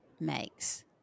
makes